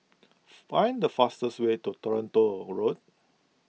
find the fastest way to Toronto Road